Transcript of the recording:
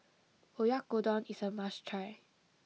Oyakodon is a must try